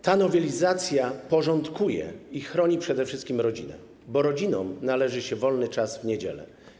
Ta nowelizacja porządkuje i chroni przede wszystkim rodzinę, bo rodzinom należy się wolny czas w niedzielę.